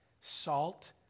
Salt